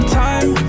time